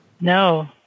No